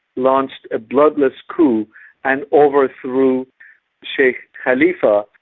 launched a bloodless coup and overthrew sheikh khalifa.